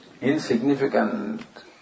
insignificant